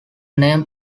name